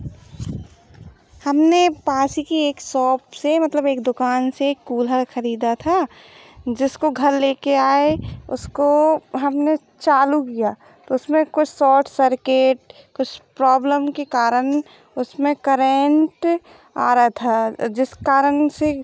हमने पास की एक सॉप से मतलब एक दुकान से कूलर खरीदा था जिसको घर लेकर आए उसको हमने चालू किया तो उसमें कुछ सॉट सर्केट कुछ प्रॉब्लम के कारण उसमें करेंट आ रहा था जिस कारण से